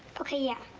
okay, yeah.